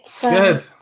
Good